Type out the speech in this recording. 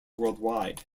worldwide